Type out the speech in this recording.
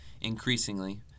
Increasingly